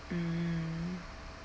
mm